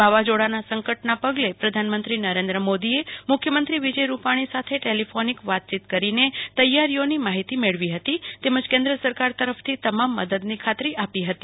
વાવાઝોડાના સંકટના પગલે પ્રધાનમંત્રી નરેન્દ્ર મોદીએ મુખ્યમંત્રી વિજય રૂપાણી સાથે ટેલિફોનિક વાતચીત કરીને તૈયારીઓની માહિતી મેળવી હતી તેમજ કેન્દ્ર સરકાર તરફથી તમામ મદદની ખાત્રી આપી હતી